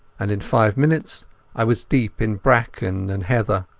and in five minutes i was deep in bracken and heather.